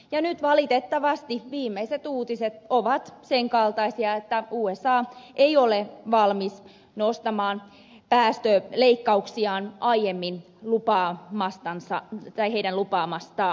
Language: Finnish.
ja nyt valitettavasti viimeiset uutiset ovat sen kaltaisia että usa ei ole valmis nostamaan päästöleikkauksiaan aiemmin lupaamastaan